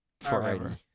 Forever